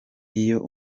iyo